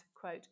quote